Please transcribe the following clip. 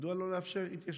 אז מדוע לא לאפשר התיישבות?